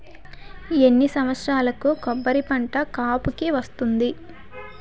ఎన్ని సంవత్సరాలకు కొబ్బరి పంట కాపుకి వస్తుంది?